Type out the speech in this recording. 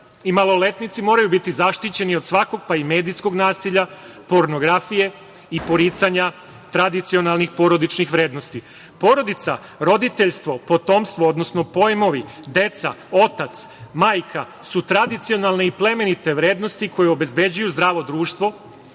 i maloletnici moraju biti zaštićeni od svakog, pa i medijskog nasilja, pornografije i poricanja tradicionalnih porodičnih vrednosti. Porodica, roditeljstvo, potomstvo, odnosno pojmovi deca, otac, majka su tradicionalne i plemenite vrednosti koju obezbeđuju zdravo društvo,